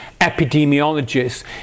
epidemiologists